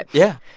yeah.